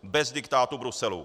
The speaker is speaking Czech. Bez diktátu Bruselu!